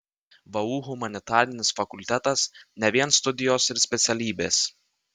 vu humanitarinis fakultetas ne vien studijos ir specialybės